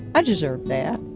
i deserved that.